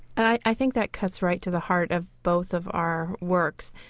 i think that cuts right to the heart of both of our works,